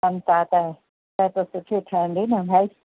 कनि था त त त सुठी ठहंदी न भाई